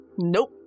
nope